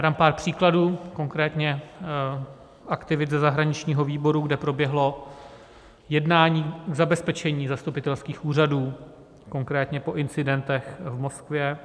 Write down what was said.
Dám pár příkladů, konkrétně aktivit ze zahraničního výboru, kde proběhlo jednání k zabezpečení zastupitelských úřadů, konkrétně po incidentech v Moskvě.